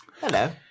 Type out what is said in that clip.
Hello